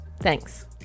Thanks